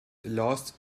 lost